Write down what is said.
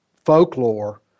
Folklore